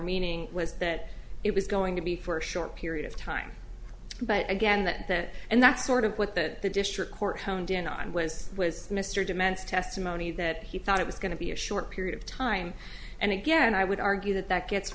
meaning was that it was going to be for a short period of time but again that that and that sort of what that the district court honed in on was was mr demands testimony that he thought it was going to be a short period of time and again i would argue that that gets